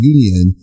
Union